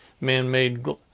man-made